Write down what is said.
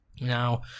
Now